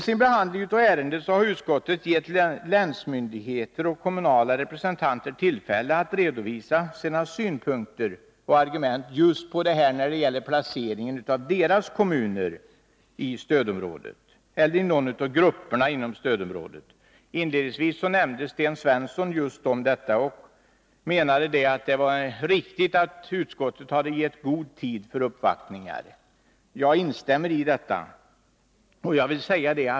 Vid behandlingen av ärendet har utskottet gett länsmyndigheter och kommunala representanter tillfälle att redovisa sina synpunkter och sin argumentation just när det gäller placeringen av deras kommuner i stödområde eller i någon av grupperna inom stödområde. Sten Svensson nämnde inledningsvis detta och menade att det var riktigt att utskottet hade gett god tid för uppvaktningar. Jag instämmer i detta.